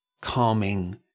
calming